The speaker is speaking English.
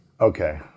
okay